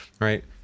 Right